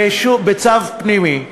בצו פנימי,